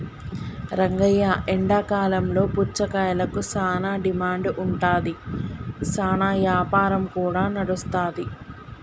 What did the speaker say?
రంగయ్య ఎండాకాలంలో పుచ్చకాయలకు సానా డిమాండ్ ఉంటాది, సానా యాపారం కూడా నడుస్తాది